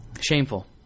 Shameful